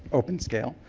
open scale.